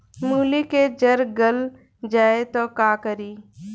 मूली के जर गल जाए त का करी?